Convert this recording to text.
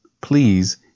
Please